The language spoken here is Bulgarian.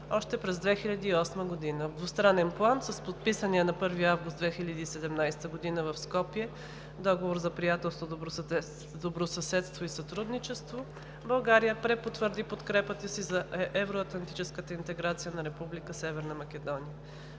още през 2008 г. В двустранен план, с подписания на 1 август 2017 г. в Скопие Договор за приятелство, добросъседство и сътрудничество, България препотвърди подкрепата си за евроатлантическата интеграция на Република